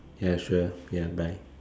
ya sure ya bye